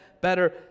better